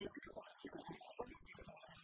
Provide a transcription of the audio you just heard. ואם אתה צודק אז זה רק מחזק את